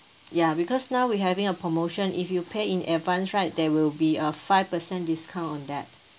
ya because now we having a promotion if you pay in advance right there will be a five percent discount on that